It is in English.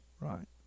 right